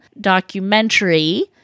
documentary